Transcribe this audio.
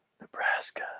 Nebraska